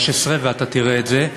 ואתה תראה את זה.